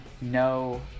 no